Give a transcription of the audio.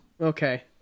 Okay